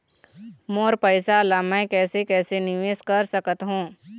मोर पैसा ला मैं कैसे कैसे निवेश कर सकत हो?